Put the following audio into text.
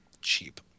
cheap